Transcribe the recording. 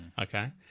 Okay